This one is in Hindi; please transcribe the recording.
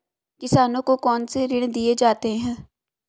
किसानों को कौन से ऋण दिए जाते हैं?